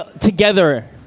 together